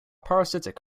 parasitic